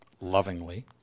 lovingly